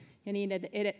ja niin